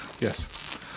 yes